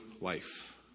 life